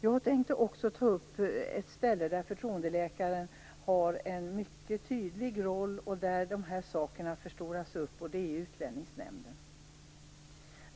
Jag tänkte också ta upp ett ställe där förtroendeläkaren har en mycket tydlig roll och där de här sakerna förstoras upp. Det gäller Utlänningsnämnden.